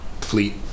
fleet